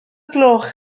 gloch